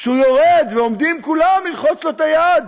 כשהוא יורד, ועומדים כולם ללחוץ לו את היד.